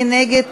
מי נגד?